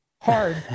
hard